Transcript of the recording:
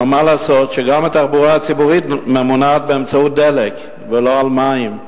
אבל מה לעשות שגם התחבורה הציבורית ממונעת באמצעות דלק ולא באמצעות מים.